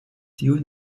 tune